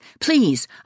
please